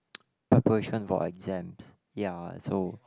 preparation for exams ya so